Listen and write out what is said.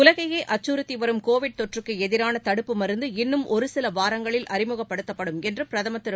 உலகையே அச்சுறுத்திவரும் கோவிட் தொற்றுக்குஎதிரானதடுப்பு மருந்து இன்னும் ஒருசிலவாரங்களில் அறிமுகப்படுத்தப்படும் என்றுபிரதமர் திரு